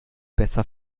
besser